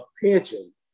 pension